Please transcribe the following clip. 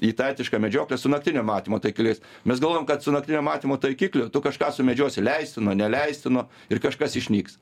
į tą etišką medžioklę su naktinio matymo taikikliais mes galvojam kad su naktinio matymo taikiklių tu kažką sumedžiosi leistino neleistino ir kažkas išnyks